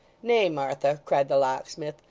nay, martha cried the locksmith,